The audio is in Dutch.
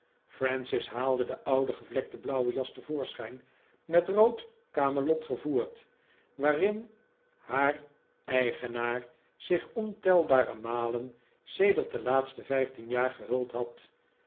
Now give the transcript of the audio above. francis haalde de oude gevlekte blauwe jas te voorschijn met rood kamelot gevoerd waarin haar eigenaar zich ontelbare malen sedert de laatste vijftien jaar gehuld had